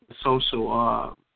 social